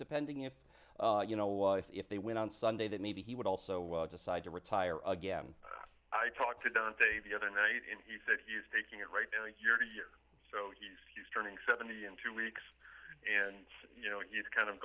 depending upon you know if they win on sunday that maybe he would also decide to retire again i talked to dante the other night in he said he used taking it right now a year to year so he's he's turning seventy in two weeks and you know he's kind of